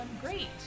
great